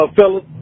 fellas